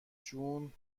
جون